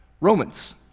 Romans